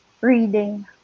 reading